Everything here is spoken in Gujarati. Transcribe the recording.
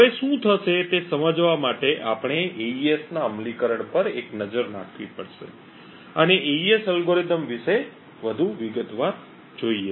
હવે શું થશે તે સમજવા માટે આપણે એઇએસ ના અમલીકરણ પર એક નજર નાખવી પડશે અને એઇએસ અલ્ગોરિધમ વિશે વધુ વિગતવાર જોઈએ